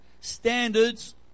standards